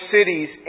cities